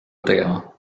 tegema